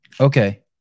Okay